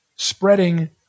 spreading